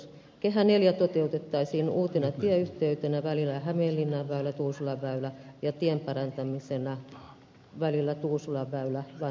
kehä iv toteutettaisiin uutena tieyhteytenä välillä hämeenlinnanväylätuusulanväylä ja tien parantamisena välillä tuusulanväylävanha lahdenväylä